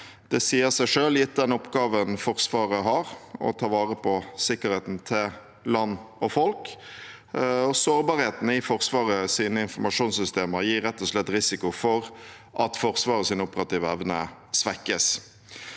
Det sier seg selv, gitt den oppgaven Forsvaret har med å ta vare på sikkerheten til land og folk. Sårbarheten i Forsvarets informasjonssystemer gir rett og slett risiko for at Forsvarets operative evne svekkes.